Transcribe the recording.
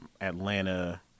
Atlanta